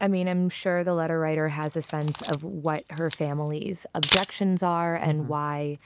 i mean i'm sure the letter writer has a sense of what her family's objections are and why.